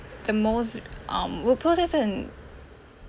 the most um we'll put this in